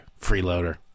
Freeloader